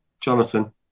Jonathan